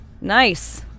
Nice